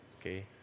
okay